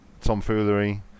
tomfoolery